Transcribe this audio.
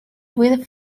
weed